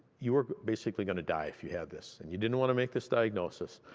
you were basically going to die if you had this and you didn't want to make this diagnosis.